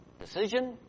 Decision